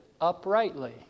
uprightly